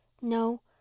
No